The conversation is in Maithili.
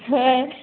छै